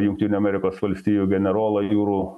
jungtinių amerikos valstijų generolo jūrų